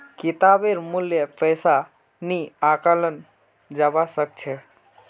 किताबेर मूल्य पैसा नइ आंकाल जबा स ख छ